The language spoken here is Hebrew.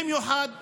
במיוחד בנגב,